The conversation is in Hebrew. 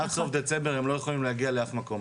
עד סוף דצמבר הם לא יכולים להגיע לאף מקום.